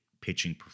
pitching